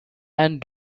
and